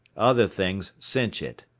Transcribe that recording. other things cinch it.